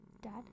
dad